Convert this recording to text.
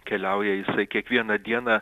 keliauja jisai kiekvieną dieną